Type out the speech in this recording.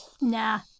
Nah